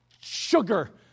sugar